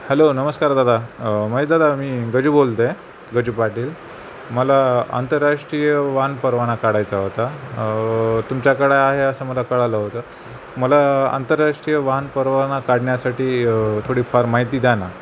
hello नमस्कार दादा महेशदादा मी गजू बोलतो आहे गजू पाटील मला आंतरराष्ट्रीय वाहन परवाना काढायचा होता तुमच्याकडे आहे असं मला कळलं होतं मला आंतरराष्ट्रीय वाहन परवाना काढण्यासाठी थोडी फार माहिती द्या ना